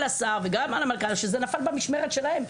השר וגם על המנכ"ל שזה נפל במשמרת שלהם.